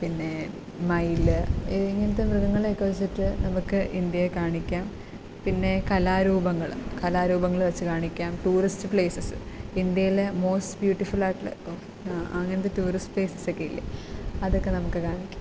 പിന്നെ മയിൽ ഇങ്ങനത്തെ മൃഗങ്ങളെയൊക്കെ വച്ചിട്ട് നമുക്ക് ഇന്ത്യയെ കാണിക്കാം പിന്നെ കലാരൂപങ്ങൾ കലാരൂപങ്ങൾ വച്ച് കാണിക്കാം ടൂറിസ്റ്റ് പ്ലേസസ് ഇന്ത്യയിലെ മോസ്റ്റ് ബ്യുട്ടിഫുള്ളായിട്ടുള്ള അങ്ങനത്തെ ടൂറിസ്റ്റ് പ്ലേസസൊക്കെയില്ലേ അതൊക്കെ നമുക്ക് കാണിക്കാം